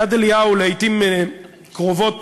יד-אליהו לעתים קרובות